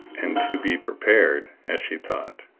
and to be prepared, as she thought,